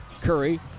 Curry